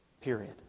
Period